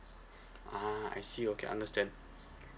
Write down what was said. ah I see okay understand